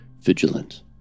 vigilant